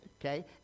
Okay